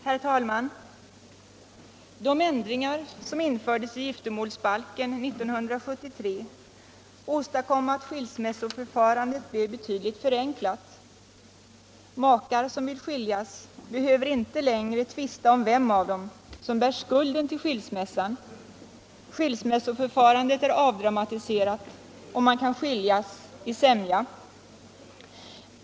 Herr talman! De ändringar som infördes i giftermålsbalken 1973 åstadkom att skilsmässoförfarandet blev betydligt förenklat. Makar som vill skiljas behöver inte längre tvista om vem av dem som bär skulden till skilsmässan. Skilsmässoförfarandet är avdramatiserat och man kan skiljas i sämja.